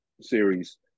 series